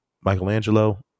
Michelangelo